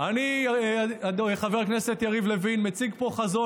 אני, חבר הכנסת יריב לוין, מציג פה חזון.